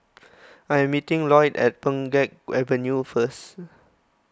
I am meeting Lloyd at Pheng Geck Avenue first